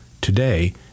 today